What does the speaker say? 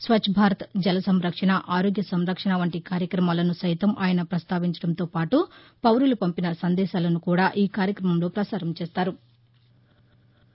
స్వచ్చభారత్ జలసంరక్షణ ఆరోగ్య సంరక్షణ వంటి కార్యక్రమాలను సైతం ఆయన ప్రస్తావించడంతోపాటు పౌరులు పంపిన సందేశాలను కూడా ఈ కార్యక్రమంలో ప్రపసారం చేస్తారు